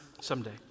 Someday